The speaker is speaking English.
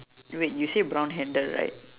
wait you say brown handle right